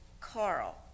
Carl